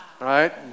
right